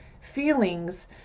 feelings